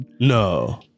No